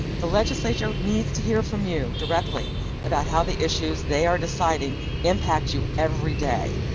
the legislature needs to hear from you directly about how the issues they are deciding impact you every day.